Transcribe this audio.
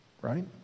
right